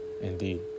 indeed